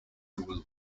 groove